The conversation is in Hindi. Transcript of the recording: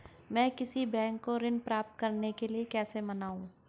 मैं किसी बैंक को ऋण प्राप्त करने के लिए कैसे मनाऊं?